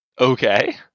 Okay